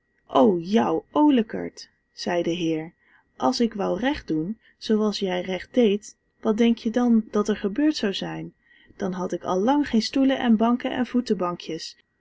o jou oolekert zei de heer als ik wou recht doen zooals jij recht deed wat denk je dan dat er gebeurd zou zijn dan had ik al lang geen stoelen en banken